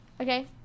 Okay